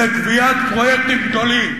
בקביעת פרויקטים גדולים,